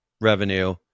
revenue